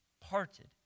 parted